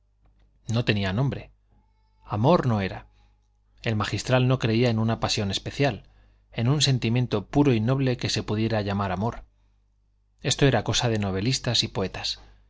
no tenía nombre amor no era el magistral no creía en una pasión especial en un sentimiento puro y noble que se pudiera llamar amor esto era cosa de novelistas y poetas